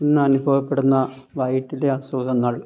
ഇന്നനുഭവപ്പെടുന്ന വയറ്റിലെ അസുഖങ്ങൾ